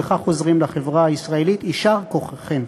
ובכך עוזרים לחברה הישראלית, יישר כוחכם.